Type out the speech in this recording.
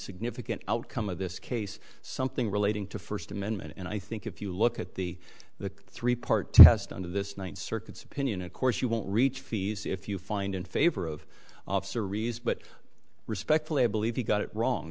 significant outcome of this case something relating to first amendment and i think if you look at the the three part test under this one circuits opinion of course you won't reach fees if you find in favor of sarees but respectfully i believe you got it wrong